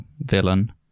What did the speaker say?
villain